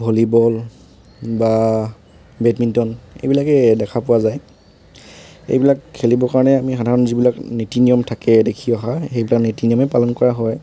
volleyball বা badminton এইবিলাকে দেখা পোৱা যায় এইবিলাক খেলিবৰ কাৰণে আমি সাধাৰণ যিবিলাক নীতি নিয়ম থাকে দেখি অহা সেইবিলাক নীতি নিয়মেই পালন কৰা হয়